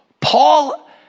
Paul